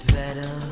better